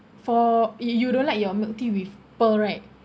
for you you don't like your milk tea with pearl right